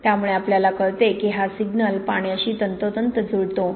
त्यामुळे आपल्याला कळते की हा सिग्नल पाण्याशी तंतोतंत जुळतो